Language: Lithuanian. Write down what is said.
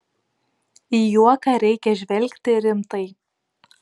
į juoką reikia žvelgti rimtai